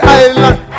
island